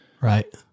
right